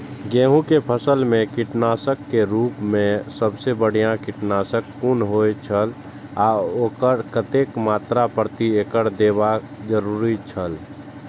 गेहूं के फसल मेय कीटनाशक के रुप मेय सबसे बढ़िया कीटनाशक कुन होए छल आ ओकर कतेक मात्रा प्रति एकड़ देबाक जरुरी छल?